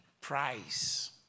Price